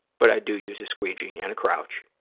but i do use a squeegee and a crouch.